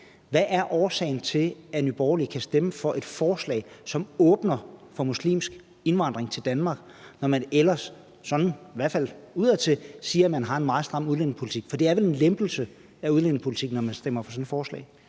Hvad er årsagen til, at Nye Borgerlige kan stemme for et forslag, som åbner for muslimsk indvandring til Danmark, når man ellers – sådan i hvert fald udadtil – siger, at man har en meget stram udlændingepolitik? For det er vel en lempelse af udlændingepolitikken, når man stemmer for sådan et forslag.